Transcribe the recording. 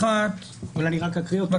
אני אקריא אותו.